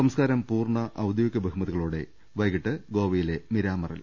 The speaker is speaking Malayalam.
സംസ്കാരം പൂർണ ഔദ്യോഗിക ബഹുമതികളോടെ വൈകീട്ട് ഗോവയിലെ മിരാമറിൽ